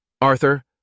Arthur